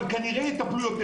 אבל כנראה יטפלו יותר.